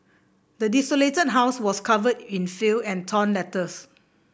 the desolated house was covered in filth and torn letters